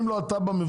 ואם לא התב"ע מבוטלת.